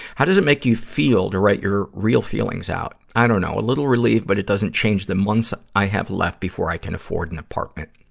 how does it make you feel to write your real feelings out? i don't know. a little relieved, but it doesn't change the months i have left before i can afford an apartment.